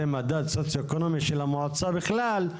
מדד סוציו-אקונומי של המועצה בכלל.